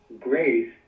Grace